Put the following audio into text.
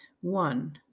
One